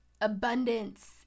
abundance